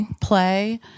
play